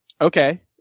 okay